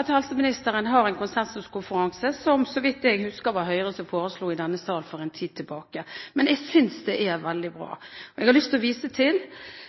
at helseministeren har en konsensuskonferanse, som, så vidt jeg husker, Høyre foreslo i denne salen for en tid tilbake, og det synes jeg er veldig bra. Jeg har lyst til å vise til